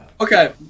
Okay